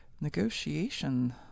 negotiation